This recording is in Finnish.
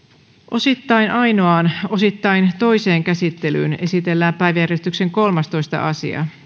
osittain ainoaan osittain toiseen käsittelyyn esitellään päiväjärjestyksen kolmastoista asia